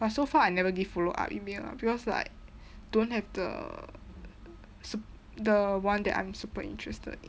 but so far I never give follow-up email because like don't have the sup~ the one that I'm super interested in